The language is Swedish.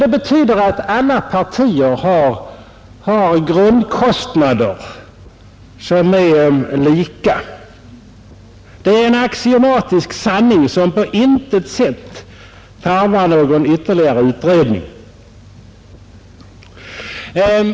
Det betyder att alla partier har grundkostnader som är lika. Det är en axiomatisk sanning som på intet sätt tarvar någon ytterligare utredning.